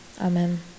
Amen